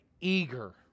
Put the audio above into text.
eager